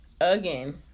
again